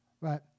right